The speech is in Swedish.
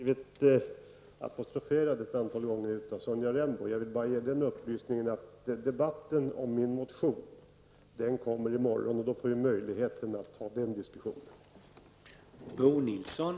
Herr talman! Jag har blivit apostroferad ett antal gånger av Sonja Rembo. Jag vill därför bara ge upplysningen att debatten om min motion kommer att föras i morgon, och då får vi möjlighet att diskutera detta.